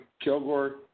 Kilgore